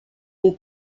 deux